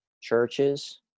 churches